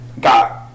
got